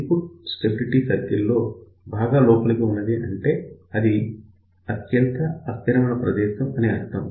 input stability circle లో బాగా లోపలికి ఉన్నది అంటే అది అత్యంత అస్థిరమైన ప్రదేశం అని అర్థం